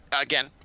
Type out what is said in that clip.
again